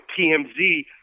TMZ